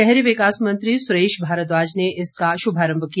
शहरी विकास मंत्री सुरेश भारद्वाज ने इसका शुभारंभ किया